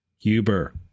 Huber